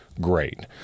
great